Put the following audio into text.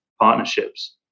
partnerships